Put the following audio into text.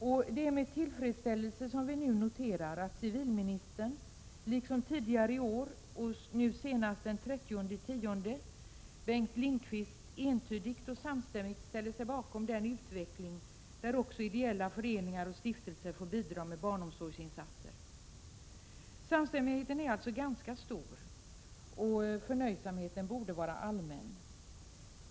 Och det är med tillfredsställelse som vi nu noterar att civilministern, liksom nu senast den 30 oktober Bengt Lindqvist, entydigt ställde sig bakom den utveckling där också ideella föreningar och stiftelser får bidra med barnomsorgsinsatser. Samstämmigheten är alltså ganska stor, och förnöjsamheten borde vara allmän.